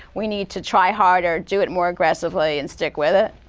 we need to try harder, do it more aggressively, and stick with it?